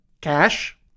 cash